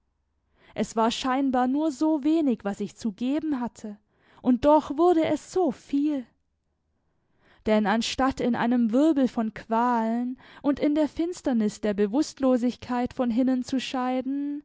es war scheinbar nur so wenig was ich zu geben hatte und doch wurde es so viel denn anstatt in einem wirbel von qualen und in der finsternis der bewußtlosigkeit von hinnen zu scheiden